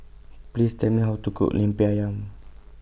Please Tell Me How to Cook Lemper Ayam